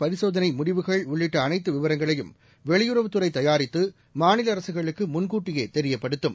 பரிசோதனை முடிவுகள் உள்ளிட்ட அனைத்து விவரங்களையும்லு வெளியுறவுத்துறை தயாரித்துல மாநில அரசுகளுக்கு முன்கூட்டியே தெரியப்படுத்தும்